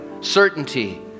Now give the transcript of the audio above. certainty